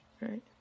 Right